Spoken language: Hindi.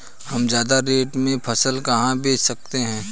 हम ज्यादा रेट में फसल कहाँ बेच सकते हैं?